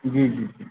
जी जी जी